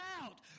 out